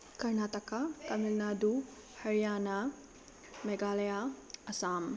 Karnataka Tamil Nadu Haryana Meghalaya Assam